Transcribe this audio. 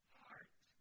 heart